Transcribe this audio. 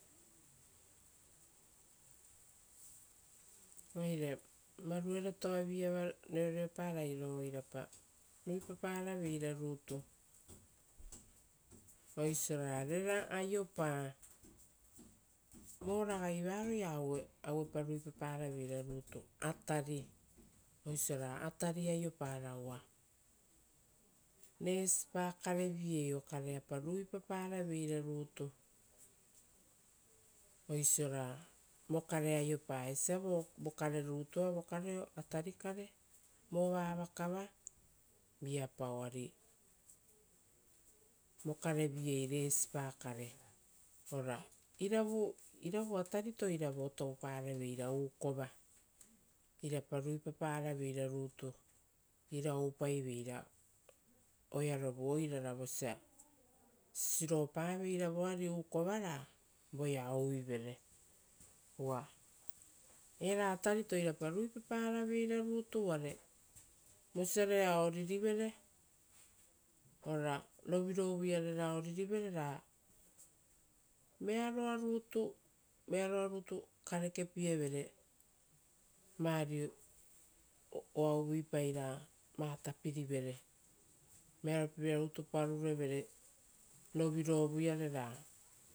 Oire varueretoavi iava reoreoparai ro irapa ruipaparaveira rutu oisiora rera aiopaovo ragai varoia auepa ruipaparaveira rutu atari, osiora atari aiopara uva, resipa karevi-eii okareapa ruipaparaveira rutu osiora vokare aiopa, esia vokare rutua vokareo atari kare vova avakava, viapau ari vokare viei resipa kare oravu ataritoira vo toupareveira uukova, iraparuipaparaveira rutu, ira oupaiveira oearovu oirara vosa sisiropaveira voari uukova ra rera ouivere. Uva era atarito irapa ruipaparaveira rutu uvare, vosa rera oririvere ora rovirovuia rera oririrevere ra vearoa rutu karekepievere vari uvuipai ra va tapiri vere. Vearopievira rutu parurevere rovi rovuiare ra